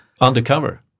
Undercover